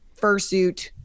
fursuit